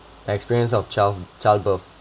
the experience of child childbirth